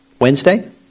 Wednesday